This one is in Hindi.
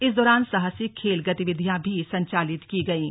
इस दौरान साहसिक खेल गतिविधियां भी संचालित की गईँ